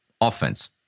offense